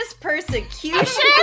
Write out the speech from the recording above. persecution